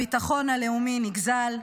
הביטחון הלאומי נגזל,